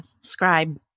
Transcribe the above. scribe